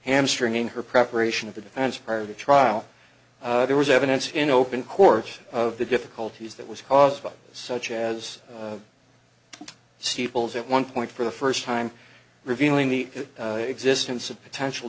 hamstringing her preparation of the defense prior to trial there was evidence in open court of the difficulties that was caused by such as steeples at one point for the first time revealing the existence of potential